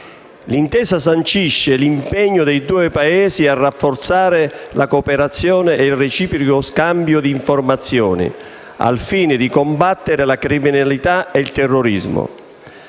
L'intesa sancisce l'impegno dei due Paesi a rafforzare la cooperazione e il reciproco scambio di informazioni, al fine di combattere la criminalità e il terrorismo.